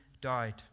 died